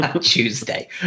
Tuesday